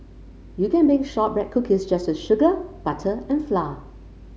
you can bake shortbread cookies just with sugar butter and flour